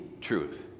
truth